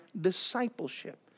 discipleship